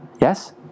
Yes